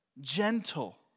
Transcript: Gentle